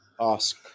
ask